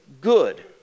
good